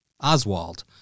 Oswald